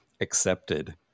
accepted